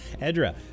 Edra